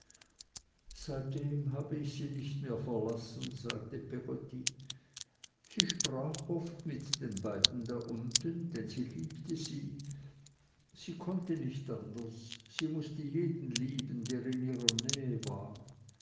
seitdem hab ich sie nicht mehr verlassen sagte peggotty sie sprach oft mit den beiden da unten denn sie liebte sie sie konnte nicht anders sie mußte jeden lieben der in ihrer nähe war